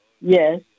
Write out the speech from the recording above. Yes